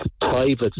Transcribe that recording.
private